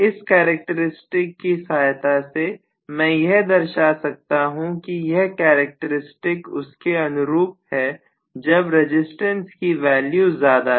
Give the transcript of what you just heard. इस characteristic की सहायता से मैं यह दर्शा सकता हूं कि यह कैरेक्टर स्टिक उसके अनुरूप है जब रजिस्टेंस की वैल्यू ज्यादा है